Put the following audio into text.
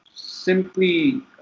Simply